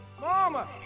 Mama